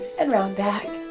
and round back.